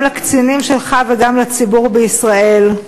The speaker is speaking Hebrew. גם לקצינים שלך וגם לציבור בישראל,